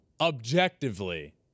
objectively